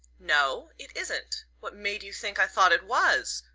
no it isn't. what made you think i thought it was?